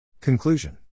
Conclusion